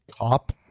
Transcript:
Cop